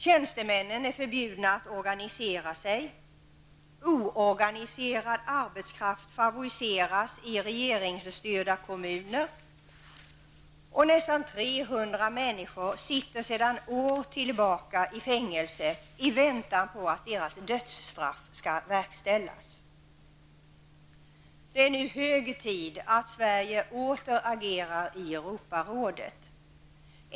Tjänstemännen är förbjudna att organisera sig, oorganiserad arbetskraft favoriseras i regeringsstyrda kommuner och nästan 300 människor sitter sedan år tillbaka i fängelse i väntan på att deras dödsstraff skall verkställas. Det är nu hög tid att Sverige åter agerar i Europarådet.